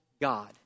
God